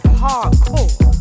hardcore